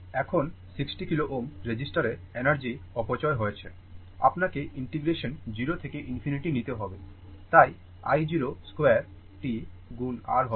এখন 60 kilo Ω রেজিস্টরে energy অপচয় হয়েছে আপনাকে ইন্টিগ্রেশন 0 থেকে ∞ নিতে হবে তাই i 0 স্কোয়ার t গুণ R হবে